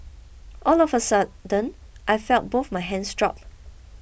all of a sudden I felt both my hands drop